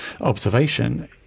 observation